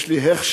יש לי הכשר,